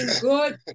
good